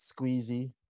Squeezy